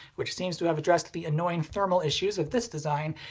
which seems to have addressed the annoying thermal issues of this design,